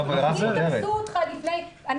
בוודאי שיש.